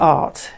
art